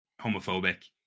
homophobic